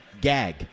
gag